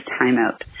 timeout